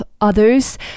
others